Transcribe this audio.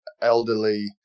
elderly